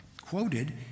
quoted